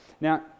Now